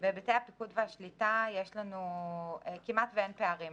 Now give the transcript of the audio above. בהיבטי הפיקוד והשליטה כמעט אין פערים.